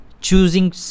choosing